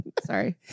Sorry